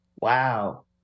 Wow